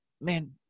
man